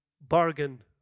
bargain